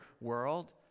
world